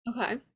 okay